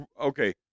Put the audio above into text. okay